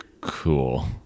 cool